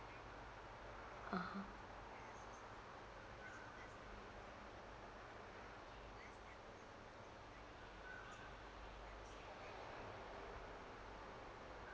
(uh huh)